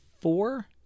four